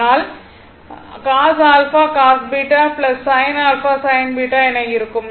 அதனால் cos α cos β sin α sin β என இருக்கும்